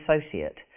associate